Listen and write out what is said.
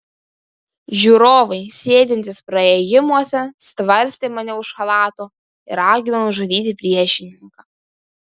žiūrovai sėdintys praėjimuose stvarstė mane už chalato ir ragino nužudyti priešininką